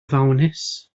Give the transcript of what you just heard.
ddawnus